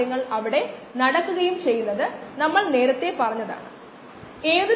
600 ഓളം നാനോമീറ്ററുകൾ നമ്മൾ ഉപയോഗിച്ചതിന്റെ കാരണം അതാണ്